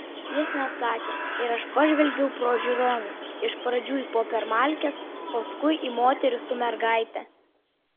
jis neatsakė ir aš pažvelgiau pro žiūroną iš pradžių į popiermalkes paskui į moterį su mergaite